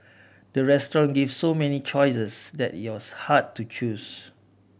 the restaurant gave so many choices that it was hard to choose